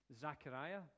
Zechariah